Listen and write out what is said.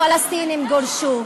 הפלסטינים גורשו.